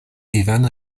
ivan